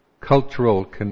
cultural